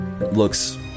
Looks